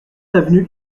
avenue